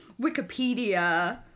Wikipedia